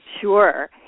Sure